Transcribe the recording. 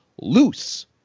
Loose